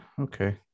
okay